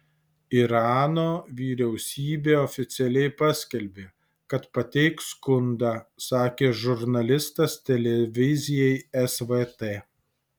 irano vyriausybė oficialiai paskelbė kad pateiks skundą sakė žurnalistas televizijai svt